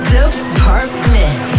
Department